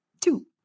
Two